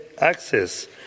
access